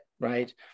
right